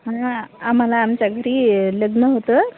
आम्हाला आमच्या घरी लग्न होतं